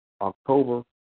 October